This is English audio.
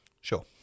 Sure